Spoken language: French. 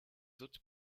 hautes